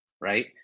right